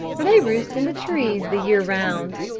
for they roost in the trees the year round.